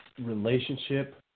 relationship